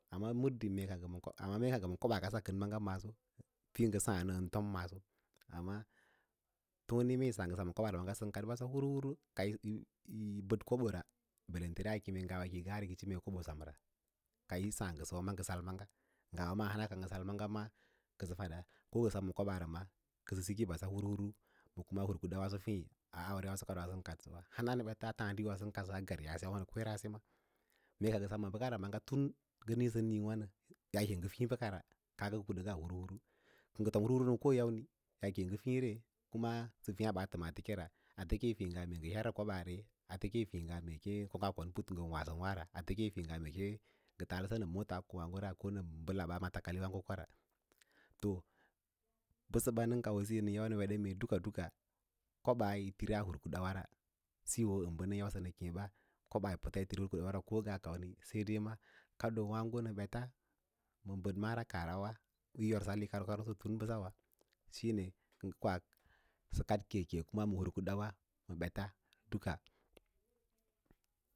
Amma muldin ngə koɓaa mee ka ngə ma koɓaa kasa maga kənə pə yì saã nə ən lam maaso, amma tone mee yi saã ngə ngə sem ma kobas ra balante kem kiyi hiss mee koɓas semra, ka yì saã ngəsəwa ngə sal maga ko ngə sem ma koɓaa ra ma kə sə siki bass hur huru a hur kuda waasofei a aune yaase kadoo sən kadsəwa. Hanayǎm ni ɓən tas tǎǎdiwa sən kadsaa tari yaase beɗewa ma me ja ngə sem ma ɓəkara maga tun ngən niĩ nniĩ wa nə yaake yi ngə fiĩ bəkara kə ngə kaɗ kuɗaꞌnga hu hur, kə ngə fom hur hur ma joyâmni yi ngə fiĩ re kuma sə fiĩyan̂ ma ate ra, ate yí kem yin fiĩ ngə fiĩ na ate keyofiĩ nga mee ngə ko ngaa kon putu ngən wasənwa ra, ate yee fiĩ nga a mee ngə taslə sə ma mota ko ma mats mali waãgo ko ra to, bəsəɓa nən kausə siyo nən yau nə wesa mee duka koɓas yi tiras hurkudawara siyon bə nə yausə nə keẽ ɓa, koɓaa yi pəts tiri hur ku shawa ra ko nga kumni sad d ad ma kadoo waãgo ms ɓets, ma bəɗ mara kaah ra ws u yôrsas úkarkar tun tun bəsarwa shīne kə keddə sə kad keke ma hur kudawe wi ɓets duka.